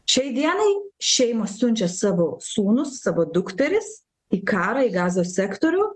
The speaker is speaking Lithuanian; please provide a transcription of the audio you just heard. šiai dienai šeimos siunčia savo sūnų savo dukteris į karą į gazos sektorių